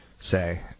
say